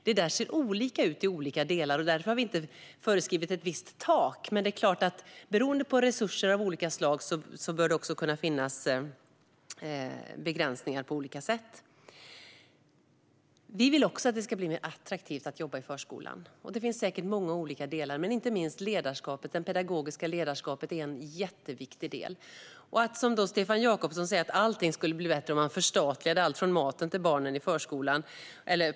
Det ser olika ut i olika delar; därför har vi inte föreskrivit ett visst tak, men det är klart att beroende på resurser av olika slag bör det också kunna finnas begränsningar på olika sätt. Vi vill också att det ska bli mer attraktivt att jobba i förskolan. Det finns säkert många olika delar, men det pedagogiska ledarskapet är en jätteviktig del. Stefan Jakobsson säger att allt skulle bli bättre om man förstatligade allt från maten till personalen i förskolan.